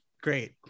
Great